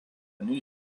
new